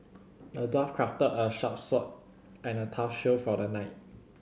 the dwarf crafted a sharp sword and a tough shield for the knight